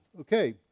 Okay